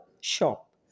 shop